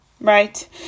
Right